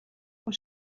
хүн